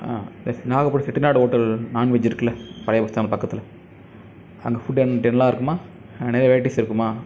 ஆ yes Nagapattinam Chettinad hotel non veg இருக்கில பழைய bus stand பக்கத்தில் அங்கே ஃபுட்டு என் எல்லாம் இருக்குமா அங்கே நிறைய வெரைட்டிஸ் இருக்குமா